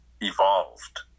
evolved